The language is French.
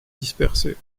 dispersé